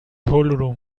whole